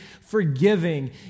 forgiving